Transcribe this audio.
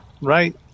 right